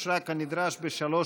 נתקבל.